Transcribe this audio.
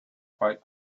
quite